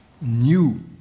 new